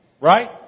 Right